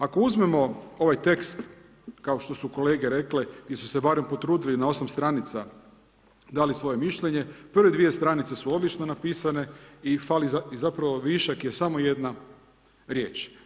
Ako uzmemo ovaj tekst, kao što su kolege rekle, gdje su se barem potrudili na 8 stranica i dali svoje mišljenje, prve dvije stranice su odlično napisane i fali, zapravo višak je samo jedna riječ.